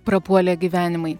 prapuolė gyvenimai